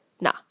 nah